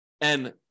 and-